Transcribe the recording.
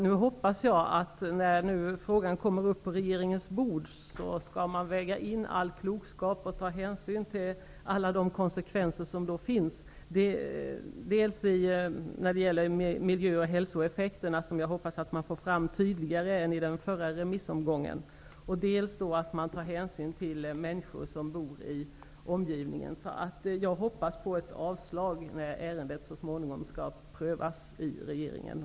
Nu hoppas jag att regeringen, när frågan kommer upp på dess bord, skall väga in all klokskap och ta hänsyn till alla konsekvenser som finns, dels när det gäller miljö och hälsoeffekterna, som jag hoppas att man får fram tidigare än i den förra remissomgången, dels när det gäller de människor som bor i omgivningen. Jag hoppas på ett avslag när ärendet så småningom skall prövas av regeringen.